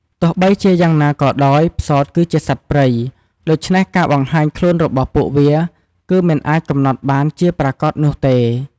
ទោះបីជាយ៉ាងណាក៏ដោយ ផ្សោតគឺជាសត្វព្រៃ ដូច្នេះការបង្ហាញខ្លួនរបស់ពួកវាគឺមិនអាចកំណត់បានជាប្រាកដនោះទេ ។